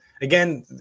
again